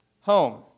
home